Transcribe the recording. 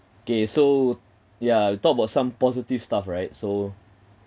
okay so ya talk about some positive stuff right so